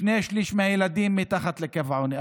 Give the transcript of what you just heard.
שני שלישים מהילדים מתחת לקו העוני,